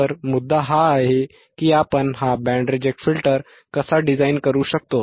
तर मुद्दा हा आहे की आपण हा बँड रिजेक्ट फिल्टर कसा डिझाइन करू शकतो